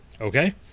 Okay